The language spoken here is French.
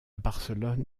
barcelone